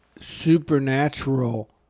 supernatural